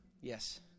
Yes